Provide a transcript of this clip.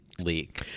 leak